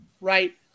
right